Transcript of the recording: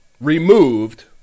removed